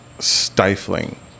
stifling